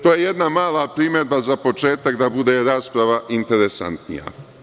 To je jedna mala primedba za početak da bude rasprava interesantnija.